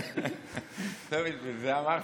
בשביל זה אמרתי.